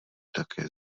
také